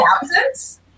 Thousands